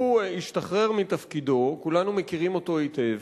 הוא השתחרר מתפקידו, כולנו מכירים אותו היטב,